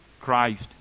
Christ